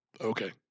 Okay